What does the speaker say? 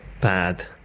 bad